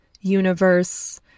universe